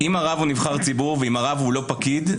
אם הרב הוא נבחר ציבור ואם הרב הוא לא פקיד,